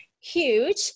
huge